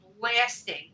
blasting